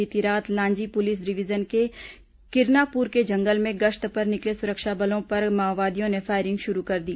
बीती रात Lanji police division के किरनापुर को जंगल में गश्त पर निकले सुरक्षा बलों पर माओवादियों ने फायरिंग शुरू कर दी